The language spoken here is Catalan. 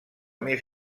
més